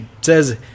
says